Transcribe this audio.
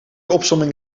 opsomming